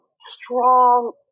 strong